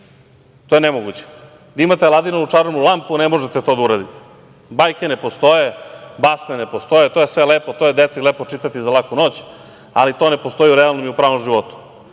To je nemoguće. Da imate Aladinovu čarobnu lampu, ne možete to da uradite. Bajke ne postoje, basne ne postoje. To je sve lepo, to je deci lepo čitati za laku noć, ali to ne postoji u realnom i pravom životu.